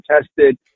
tested